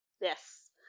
Yes